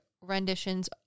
renditions